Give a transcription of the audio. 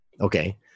Okay